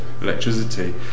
electricity